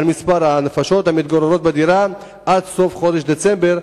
מספר הנפשות בדירה עד סוף חודש דצמבר.